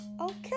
Okay